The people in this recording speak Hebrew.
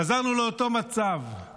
חזרנו לאותו מצב,